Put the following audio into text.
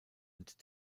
und